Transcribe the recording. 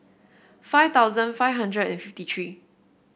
five thousand five hundred and fifty three